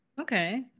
Okay